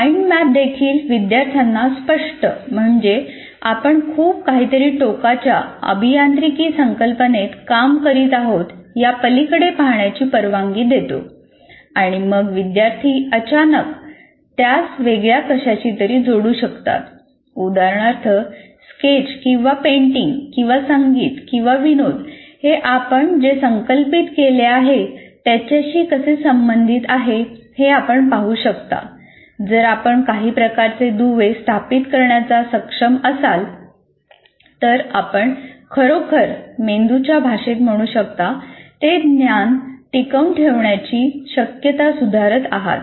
mind map ते ज्ञान टिकवून ठेवण्याची शक्यता सुधारत आहात